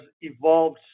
evolved